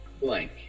blank